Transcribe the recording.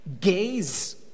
Gaze